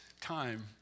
time